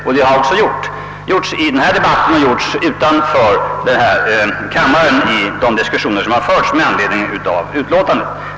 Detta har också blivit fallet i denna debatt och även utanför denna kammare i de diskussioner som förts med anledning av utlåtandet.